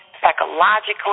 psychologically